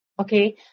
Okay